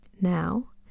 Now